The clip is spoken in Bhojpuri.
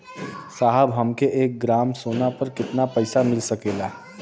साहब हमके एक ग्रामसोना पर कितना पइसा मिल सकेला?